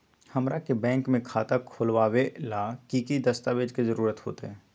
हमरा के बैंक में खाता खोलबाबे ला की की दस्तावेज के जरूरत होतई?